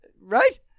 right